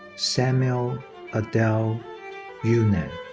samuel adel younan.